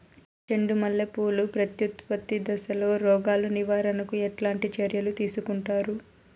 చెండు మల్లె పూలు ప్రత్యుత్పత్తి దశలో రోగాలు నివారణకు ఎట్లాంటి చర్యలు తీసుకుంటారు?